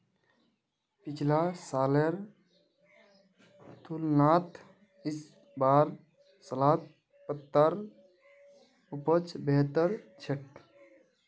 पिछला सालेर तुलनात इस बार सलाद पत्तार उपज बेहतर छेक